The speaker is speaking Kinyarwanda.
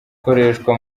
ikoreshwa